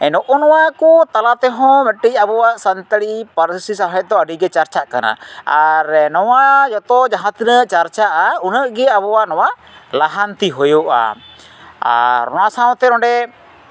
ᱱᱚᱜᱼᱚ ᱱᱟ ᱠᱚ ᱛᱟᱞᱟ ᱛᱮᱦᱚᱸ ᱢᱤᱫᱴᱤᱡ ᱟᱵᱚᱣᱟᱜ ᱥᱟᱱᱛᱟᱲᱤ ᱯᱟᱹᱨᱥᱤ ᱥᱟᱶᱦᱮᱫ ᱫᱚ ᱟᱹᱰᱤᱜᱮ ᱪᱟᱨᱪᱟᱜ ᱠᱟᱱᱟ ᱟᱨ ᱱᱚᱣᱟ ᱡᱚᱛᱚ ᱡᱟᱦᱟᱸ ᱛᱤᱱᱟᱹᱜ ᱪᱟᱨᱪᱟᱜᱼᱟ ᱩᱱᱟᱹᱜ ᱜᱮ ᱟᱵᱚᱣᱟᱜ ᱱᱚᱣᱟ ᱞᱟᱦᱟᱱᱛᱤ ᱦᱩᱭᱩᱜᱼᱟ ᱟᱨ ᱚᱱᱟ ᱥᱟᱶᱛᱮ ᱱᱚᱰᱮ